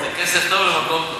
זה כסף טוב במקום טוב.